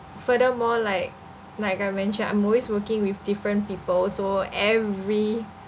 furthermore like like I mentioned I'm always working with different people so every